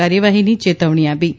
કાર્યવાહીની ચેતવણી આપી છે